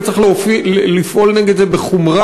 וצריך לפעול נגד זה בחומרה,